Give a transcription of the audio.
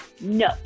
No